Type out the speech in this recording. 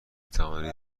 توانید